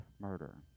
murder